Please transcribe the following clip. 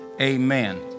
amen